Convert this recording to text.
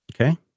Okay